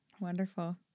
Wonderful